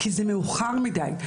כי זה מאוחר מדי,